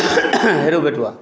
हे रौ बेटबा